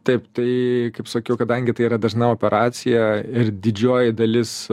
taip tai kaip sakiau kadangi tai yra dažna operacija ir didžioji dalis